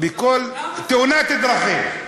תן לי דקה.